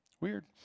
Weird